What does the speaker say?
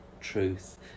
truth